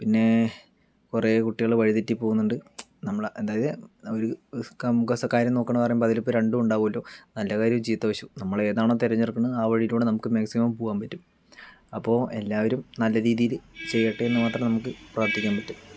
പിന്നേ കുറെ കുട്ടികൾ വഴിതെറ്റി പോകുന്നുണ്ട് നമ്മൾ അതായത് ആ ഒരു കാര്യം നോക്കണം എന്ന് പറയുമ്പോൾ അതിലിപ്പോൾ രണ്ടും ഉണ്ടാകുമല്ലോ നല്ല കാര്യവും ചീത്ത വശവും നമ്മൾ ഏതാണോ തിരഞ്ഞെടുക്കുന്നത് ആ വഴിയിലൂടെ നമുക്ക് മാക്സിമം പോകാൻ പറ്റും അപ്പോൾ എല്ലാവരും നല്ല രീതിയിൽ ചെയ്യട്ടെ എന്ന് മാത്രം നമുക്ക് പ്രാർത്ഥിക്കാൻ പറ്റും